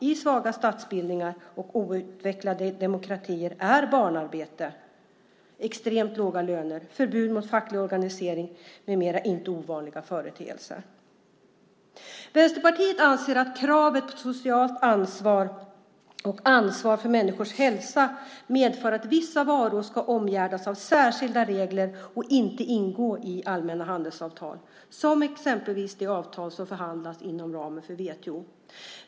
I svaga statsbildningar och outvecklade demokratier är barnarbete, extremt låga löner, förbud mot facklig organisering med mera inte ovanliga företeelser. Vänsterpartiet anser att kraven på socialt ansvar och ansvar för människors hälsa medför att vissa varor ska omgärdas av särskilda regler och inte ingå i allmänna handelsavtal som exempelvis de avtal som förhandlas inom ramen för WTO.